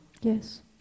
Yes